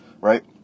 right